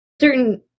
certain